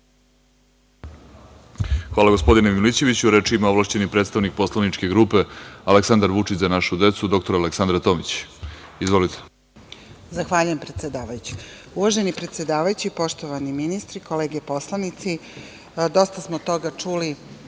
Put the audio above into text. Hvala, gospodine Milićeviću. Reč ima ovlašćeni predstavnik poslaničke grupe Aleksandar Vučić – Za našu decu, dr Aleksandra Tomić. Izvolite. **Aleksandra Tomić** Zahvaljujem, predsedavajući. Uvaženi predsedavajući, poštovani ministri, kolege poslanici, dosta smo toga čuli